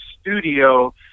studio